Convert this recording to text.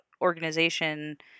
organization